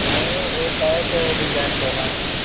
मैं एक app design कर रहा हूँ